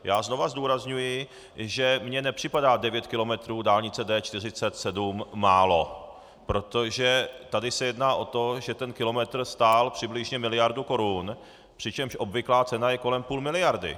Já znovu zdůrazňuji, že mně nepřipadá devět kilometrů dálnice D47 málo, protože se tady jedná o to, že ten kilometr stál přibližně miliardu korun, přičemž obvyklá cena je kolem půl miliardy.